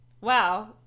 Wow